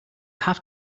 have